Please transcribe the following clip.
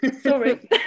Sorry